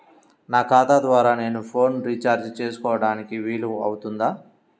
నా ఖాతా ద్వారా నేను ఫోన్ రీఛార్జ్ చేసుకోవడానికి వీలు అవుతుందా?